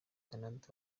canada